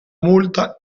multa